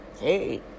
hey